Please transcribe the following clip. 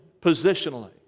positionally